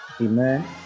Amen